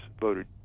voted